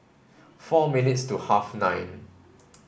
four minutes to half nine